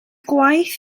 gwaith